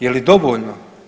Je li dovoljno?